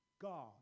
God